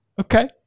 Okay